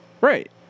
Right